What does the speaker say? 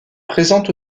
présentent